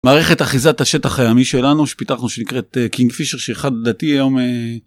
מערכת אחיזת השטח הימי שלנו שפיתחנו שנקראת קין פישר שהיא אחד, לדעתי היום